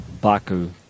Baku